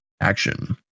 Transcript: action